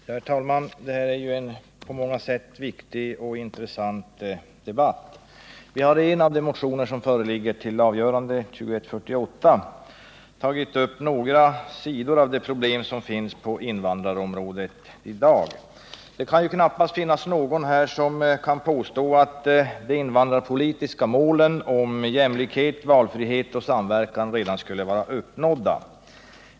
Herr talman! Detta är en på många sätt viktig och intressant debatt. Vi har i en av de motioner som föreligger till avgörande, nr 2148, tagit upp några sidor av de problem som finns på invandrarområdet i dag. Det kan knappast finnas någon här som påstår att de invandrarpolitiska målen om ”jämlikhet, valfrihet och samverkan” redan skulle vara uppnådda.